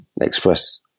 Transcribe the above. express